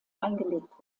eingelegt